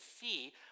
see